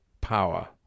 power